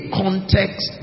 context